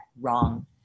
wrong